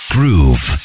Groove